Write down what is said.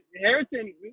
Harrison